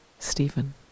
Stephen